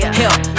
help